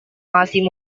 masih